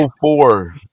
four